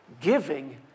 Giving